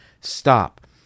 stop